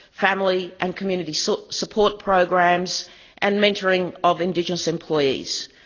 family and community so support programs and mentoring of indigenous employees.